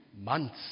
months